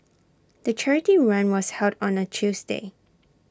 the charity run was held on A Tuesday